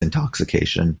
intoxication